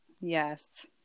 Yes